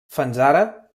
fanzara